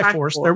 Force